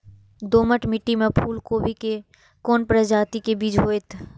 दोमट मिट्टी में फूल गोभी के कोन प्रजाति के बीज होयत?